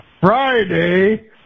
Friday